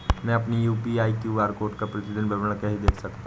मैं अपनी UPI QR code का प्रतीदीन विवरण कैसे देख सकता हूँ?